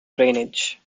drainage